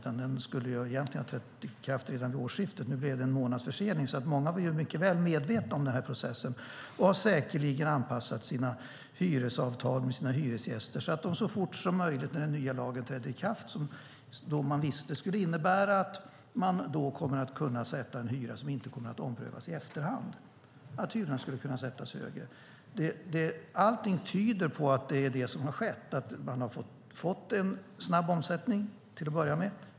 Den skulle egentligen ha trätt i kraft vid årsskiftet. Nu blev det en månads försening. Många var alltså väl medvetna om processen och har säkerligen anpassat hyresavtalen med sina hyresgäster så att de så snart den nya lagen trädde i kraft kunde sätta en hyra som de visste inte skulle komma att omprövas i efterhand. Hyran kunde därmed sättas högre. Allting tyder på att det är det som har skett. Man har fått en snabb omsättning till att börja med.